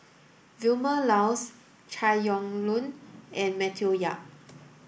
Vilma Laus Chai Yoong and Matthew Yap